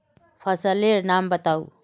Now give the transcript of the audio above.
फसल लेर नाम बाताउ?